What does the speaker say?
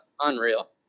unreal